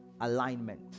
alignment